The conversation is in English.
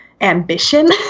ambition